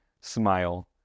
smile